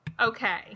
okay